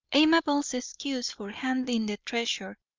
amabel's excuse for handling the treasure,